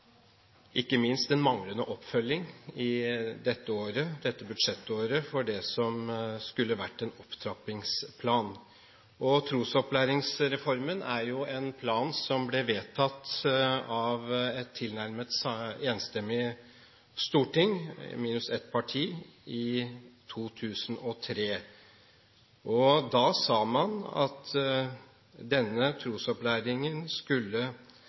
ikke minst en manglende oppfølging dette budsjettåret av det som skulle vært en opptrappingsplan. Trosopplæringsreformen er en plan som ble vedtatt av et tilnærmet enstemmig storting – minus ett parti – i 2003. Da sa man at denne trosopplæringen skulle sørge for at man i Den norske kirke og i andre tros- og livssynssamfunn skulle